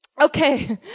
Okay